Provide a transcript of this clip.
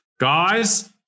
Guys